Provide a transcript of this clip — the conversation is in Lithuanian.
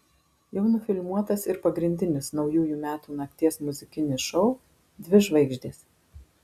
jau nufilmuotas ir pagrindinis naujųjų metų nakties muzikinis šou dvi žvaigždės